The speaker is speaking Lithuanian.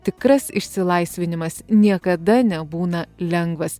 tikras išsilaisvinimas niekada nebūna lengvas